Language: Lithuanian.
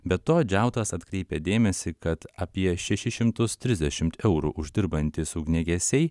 be to džiautas atkreipia dėmesį kad apie šešis šimtus trisdešimt eurų uždirbantys ugniagesiai